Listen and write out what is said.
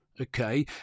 Okay